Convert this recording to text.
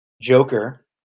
Joker